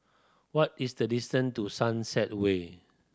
what is the distance to Sunset Way